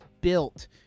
built